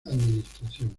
administración